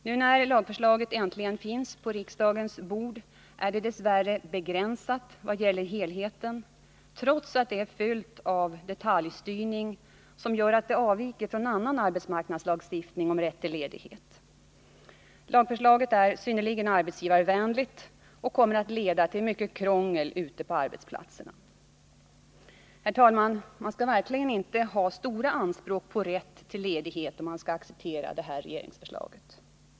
Nu när lagförslaget äntligen finns på riksdagens bord, är det dess värre begränsat vad gäller helheten, trots att det är fyllt av detaljstyrning som gör att det avviker från annan arbetsmarknadslagstiftning om rätt till ledighet. Lagförslaget är synnerligen arbetsgivarvänligt och kommer att leda till mycket krångel ute på arbetsplatserna. Herr talman! Man skall verkligen inte ha stora anspråk på rätt till ledighet om man skall acceptera regeringsförslaget.